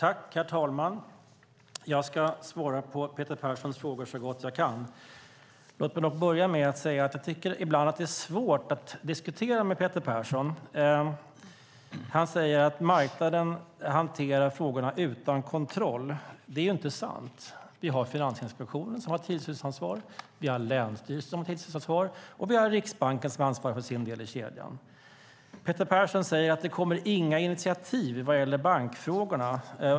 Herr talman! Jag ska svara på Peter Perssons frågor så gott jag kan. Låt mig börja med att säga att jag tycker att det ibland är svårt att diskutera med Peter Persson. Han säger att marknaden hanterar frågorna utan kontroll. Det är inte sant. Vi har Finansinspektionen som har tillsynsansvar, vi har länsstyrelserna som har tillsynsansvar, och vi har Riksbanken som ansvarar för sin del i kedjan. Peter Persson säger att det inte kommer några initiativ vad gäller bankfrågorna.